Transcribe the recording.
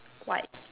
white